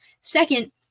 Second